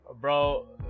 Bro